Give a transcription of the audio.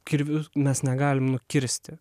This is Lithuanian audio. kirviu mes negalim nukirsti